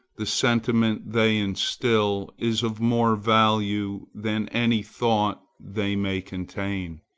the sentiment they instil is of more value than any thought they may contain.